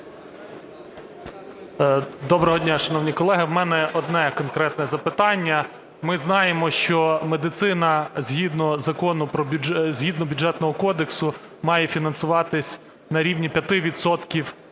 Доброго дня, шановні колеги. В мене одне конкретне запитання. Ми знаємо, що медицина, згідно Бюджетного кодексу, має фінансуватись на рівні 5